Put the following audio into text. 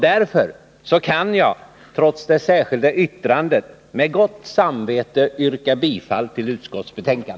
Därför kan jag trots det särskilda yttrandet med gott samvete yrka bifall till utskottets hemställan.